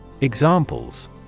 Examples